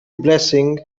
blessing